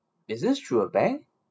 is this through a bank